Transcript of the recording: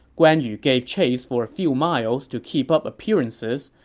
guan yu gave chase for a few miles to keep up appearances,